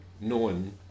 known